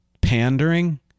pandering